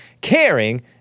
Caring